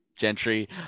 Gentry